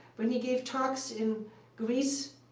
when he gave talks in greece,